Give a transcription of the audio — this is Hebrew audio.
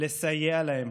לסייע להם